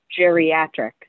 geriatric